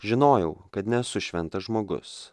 žinojau kad nesu šventas žmogus